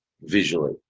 visually